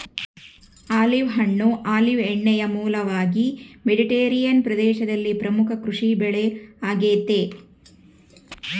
olive ಹಣ್ಣು olive ಎಣ್ಣೆಯ ಮೂಲವಾಗಿ ಮೆಡಿಟರೇನಿಯನ್ ಪ್ರದೇಶದಲ್ಲಿ ಪ್ರಮುಖ ಕೃಷಿಬೆಳೆ ಆಗೆತೆ